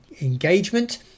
engagement